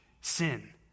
sin